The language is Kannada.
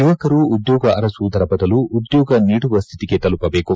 ಯುವಕರು ಉದ್ಲೋಗ ಅರಸುವುದರ ಬದಲು ಉದ್ಲೋಗ ನೀಡುವ ಸ್ಥಿತಿಗೆ ತಲುಪಬೇಕು